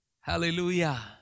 Hallelujah